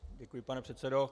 Děkuji, pane předsedo.